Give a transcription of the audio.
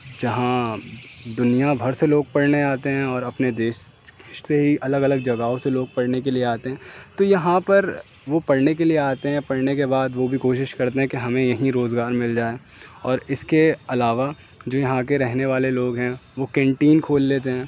جہاں دنیا بھر سے لوگ پڑھنے آتے ہیں اور اپنے دیش سے ہی الگ الگ جگہوں سے لوگ پڑھنے کے لیے آتے ہیں تو یہاں پر وہ پڑھنے کے لیے آتے ہیں پڑھنے کے بعد وہ بھی کوشش کرتے ہیں کہ ہمیں یہیں روزگار مل جائے اور اس کے علاوہ جو یہاں کے رہنے والے لوگ ہیں وہ کینٹین کھول لیتے ہیں